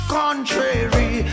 contrary